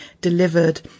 delivered